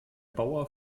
bauer